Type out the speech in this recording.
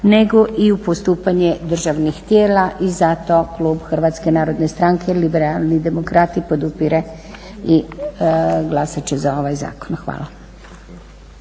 nego i u postupanje državnih tijela. I zato klub Hrvatske narodne stranke-liberalni demokrati podupire i glasati će za ovaj zakon. Hvala.